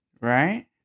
Right